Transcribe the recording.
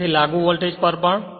અને તેથી લાગુ વોલ્ટેજ પર પણ